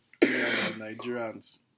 Nigerians